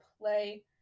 play